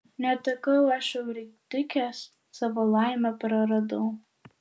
netekau aš euridikės savo laimę praradau